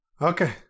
Okay